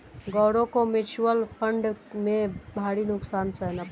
गौरव को mutual fund में भारी नुकसान सहना पड़ा